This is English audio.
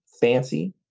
fancy